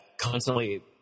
constantly